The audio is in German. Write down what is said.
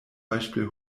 beispiel